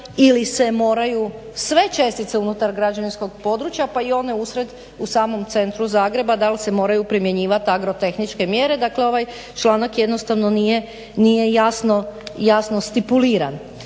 ili se moraju sve čestice unutar građevinskog područja pa i one usred u samom centru Zagreba dal se moraju primjenjivati agrotehničke mjere. Dakle ovaj članak jednostavno nije jasno stipuliran.